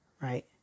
right